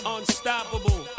Unstoppable